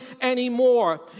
anymore